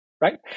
right